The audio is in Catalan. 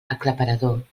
aclaparador